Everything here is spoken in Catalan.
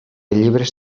llibres